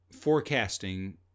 forecasting